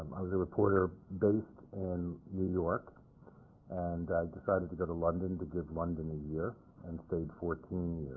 i was a reporter based in new york and i decided to go to london to give london a year and stayed fourteen